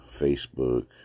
Facebook